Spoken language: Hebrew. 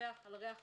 לדווח על ריח חריג,